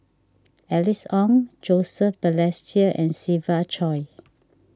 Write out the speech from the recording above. Alice Ong Joseph Balestier and Siva Choy